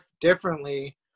differently